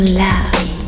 love